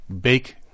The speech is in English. bake